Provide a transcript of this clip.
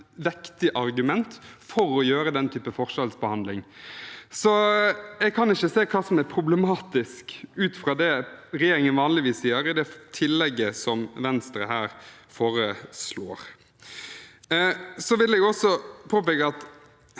vektig argument for å gjøre den typen forskjellsbehandling. Jeg kan ikke se hva som er problematisk – ut fra det regjeringen vanligvis gjør – i det tillegget som Venstre her foreslår. Jeg vil også påpeke at